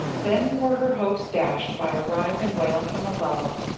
then were her hopes dashed by a rising wail from above.